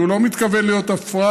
כי הוא לא מתכוון להיות הפראייר,